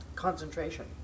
Concentration